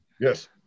Yes